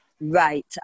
right